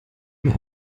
mir